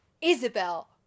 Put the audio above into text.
Isabel